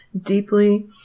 deeply